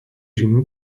žymių